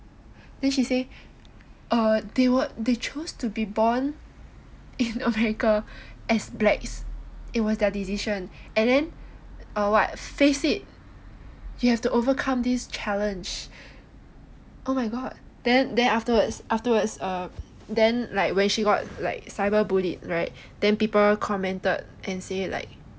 then she say err they chose to be born in America as blacks it's their decision and then err [what] face it you have to overcome this challenge oh my god and then afterwards then err when she got like err cyber bullied right people commented and say like